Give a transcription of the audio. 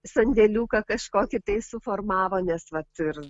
sandėliuką kažkokį tai suformavo nes vat ir